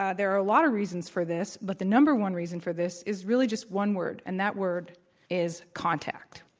ah there are a lot of reasons for this, but the number one reason for this is really just one word and that word is contact.